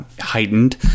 heightened